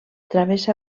travessa